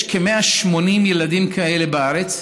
ויש כ-180 ילדים כאלה בארץ,